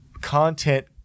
content